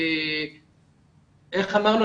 איך אמרנו,